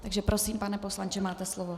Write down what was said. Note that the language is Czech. Takže prosím, pane poslanče, máte slovo.